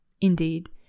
Indeed